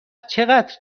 چقدر